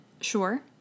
Sure